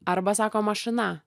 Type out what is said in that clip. arba sako mašina